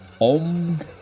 Om